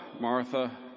Martha